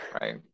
Right